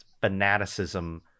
fanaticism